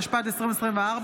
התשפ"ד 2024,